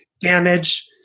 damage